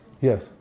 Yes